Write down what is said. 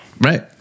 Right